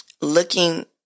looking